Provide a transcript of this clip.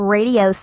Radio